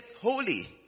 holy